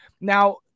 now